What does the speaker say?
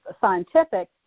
scientific